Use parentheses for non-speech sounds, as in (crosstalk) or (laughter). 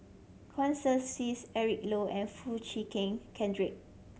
(unintelligible) Eric Low and Foo Chee Keng Cedric